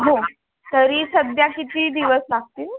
हो तरी सध्या किती दिवस लागतील